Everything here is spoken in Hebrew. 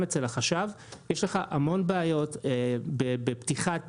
אצל החש"ב יש לך המון בעיות בפתיחת תיק,